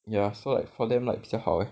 ya so like for them like 比较好 eh